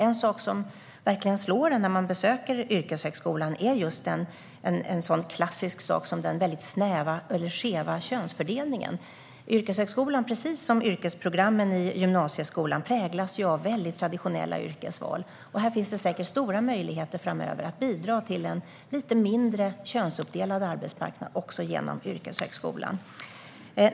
En sak som verkligen slår en när man besöker yrkeshögskolan är en sådan klassisk sak som den mycket skeva könsfördelningen. Yrkeshögskolan präglas, precis som yrkesprogrammen i gymnasieskolan, av mycket traditionella yrkesval. Det finns säkert stora möjligheter framöver att bidra till en lite mindre könsuppdelad arbetsmarknad också genom yrkeshögskolan.